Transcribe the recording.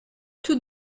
tous